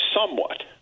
somewhat